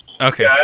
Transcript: Okay